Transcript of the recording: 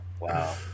Wow